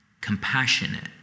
compassionate